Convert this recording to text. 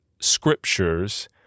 scriptures